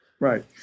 Right